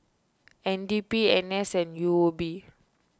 N D P N S and U O B